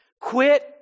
quit